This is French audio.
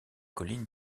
colline